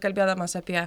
kalbėdamas apie